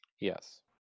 Yes